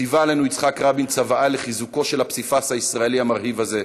ציווה עלינו יצחק רבין צוואה לחיזוקו של הפסיפס הישראלי המרהיב הזה,